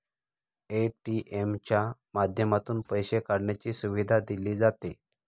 ATM च्या माध्यमातून पैसे काढण्याची सुविधा दिली जाते